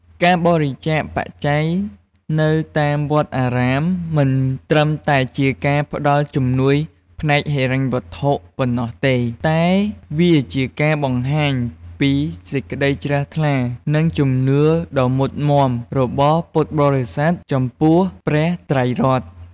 ការបរិច្ចាគបច្ច័យនៅតាមវត្តអារាម មិនត្រឹមតែជាការផ្ដល់ជំនួយផ្នែកហិរញ្ញវត្ថុប៉ុណ្ណោះទេ តែវាជាការបង្ហាញពី សេចក្តីជ្រះថ្លា និង ជំនឿដ៏មុតមាំ របស់ពុទ្ធបរិស័ទចំពោះព្រះត្រៃរតន៍។